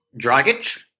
Dragic